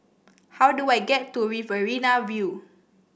how do I get to Riverina View